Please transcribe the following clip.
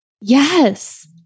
yes